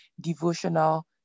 devotional